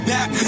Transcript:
Back